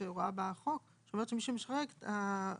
יש הוראה בחוק שאומרת שמי שמשרת חובות